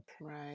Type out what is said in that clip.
Right